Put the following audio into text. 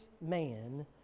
man